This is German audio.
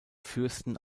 fürsten